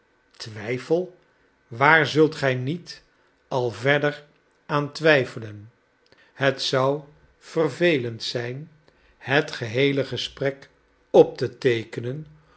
twijfel waar zult gij niet al verder aan twijfelen het zou vervelend zijn het geheele gesprek op te teekenen